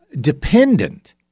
dependent